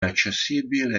accessibile